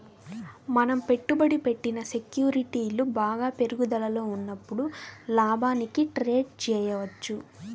మనం పెట్టుబడి పెట్టిన సెక్యూరిటీలు బాగా పెరుగుదలలో ఉన్నప్పుడు లాభానికి ట్రేడ్ చేయవచ్చు